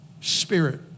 spirit